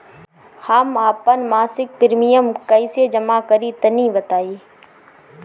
हम आपन मसिक प्रिमियम कइसे जमा करि तनि बताईं?